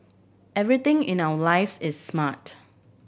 everything in our lives is smart